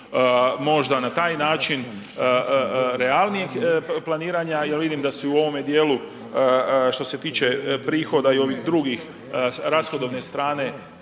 možda na taj način realnijeg planiranja jer vidim da se i u ovome dijelu što se tiče prihoda i ovih drugih rashodovne strane